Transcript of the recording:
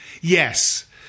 Yes